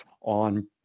on